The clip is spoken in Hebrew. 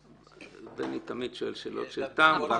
בני תמיד שואל שאלות של טעם.